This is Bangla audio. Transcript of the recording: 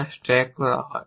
যা স্ট্যাক করা হয়